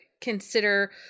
consider